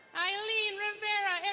aileen rimira and